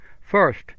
First